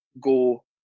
go